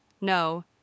no